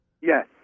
Yes